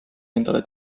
endale